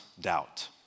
doubt